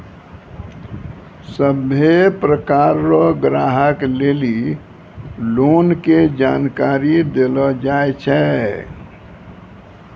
सभ्भे प्रकार रो ग्राहक लेली लोन के जानकारी देलो जाय छै